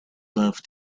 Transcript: love